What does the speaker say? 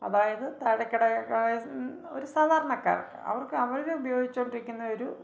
അതായത് താഴെക്കിടയരായ ഒരു സാധാരണക്കാര് അവര്ക്ക് അവരുപയോഗിച്ചോണ്ടിരിക്കുന്നത് ഒരു